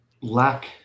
lack